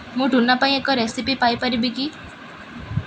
ମୁଁ ଟୁନା ପାଇଁ ଏକ ରେସିପି ପାଇପାରିବି କି